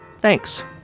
Thanks